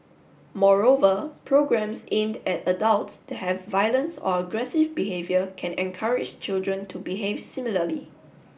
moreover programmes aimed at adults that have violence or aggressive behaviour can encourage children to behave similarly